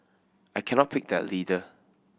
I cannot pick that leader